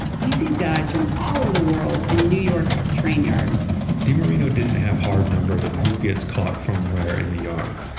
he sees guys from all over the world in new york's train yards demarino didn't have hard numbers of who gets caught from where in the yards.